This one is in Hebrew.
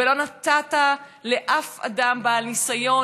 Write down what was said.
ולא נתת לאף אדם בעל ניסיון,